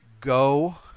Go